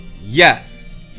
Yes